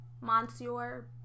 Monsieur